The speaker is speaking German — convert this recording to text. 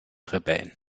rebellen